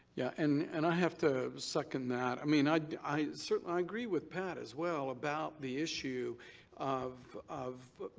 yeah, and and i have to second that. i mean i i certainly. i agree with pat as well about the issue of of